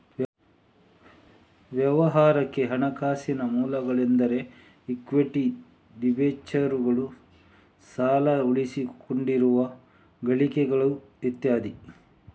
ವ್ಯವಹಾರಕ್ಕೆ ಹಣಕಾಸಿನ ಮೂಲಗಳೆಂದರೆ ಇಕ್ವಿಟಿ, ಡಿಬೆಂಚರುಗಳು, ಸಾಲ, ಉಳಿಸಿಕೊಂಡಿರುವ ಗಳಿಕೆಗಳು ಇತ್ಯಾದಿ